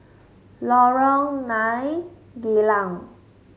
Lorong Nine Geylang